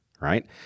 right